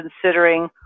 considering